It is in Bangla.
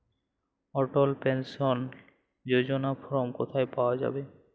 অটল পেনশন যোজনার ফর্ম কোথায় পাওয়া যাবে?